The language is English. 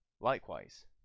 Likewise